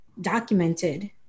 documented